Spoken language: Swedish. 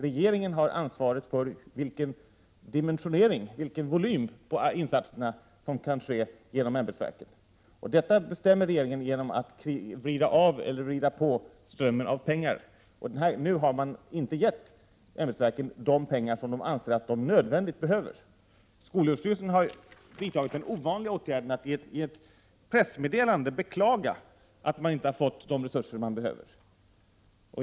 Regeringen har ansvaret för dimensioneringen av de insatser som kan göras genom ämbetsverken, och denna bestämmer regeringen genom att vrida av eller vrida på strömmen av pengar. Nu har man inte givit ämbetsverken de pengar som de anser sig nödvändigt behöva. Skolöverstyrelsen har vidtagit den ovanliga åtgärden att i ett pressmeddelande beklaga att man inte har fått de resurser som man behöver.